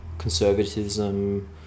conservatism